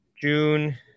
June